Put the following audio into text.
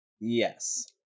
Yes